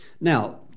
Now